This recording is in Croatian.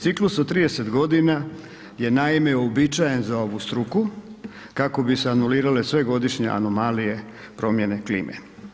Ciklus u 30 godina je naime uobičajen za ovu struku kako bi se anulirale sve godišnje anomalije promjene klime.